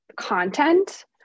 content